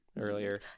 Earlier